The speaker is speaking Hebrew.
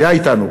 שהיה אתנו.